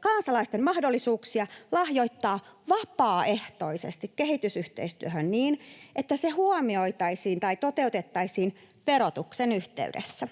kansalaisten mahdollisuuksia lahjoittaa vapaaehtoisesti kehitysyhteistyöhön, niin että se huomioitaisiin tai toteutettaisiin verotuksen yhteydessä.